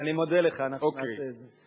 אני מודה לך, אנחנו נעשה את זה.